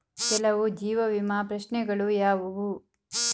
ಕೆಲವು ಜೀವ ವಿಮಾ ಪ್ರಶ್ನೆಗಳು ಯಾವುವು?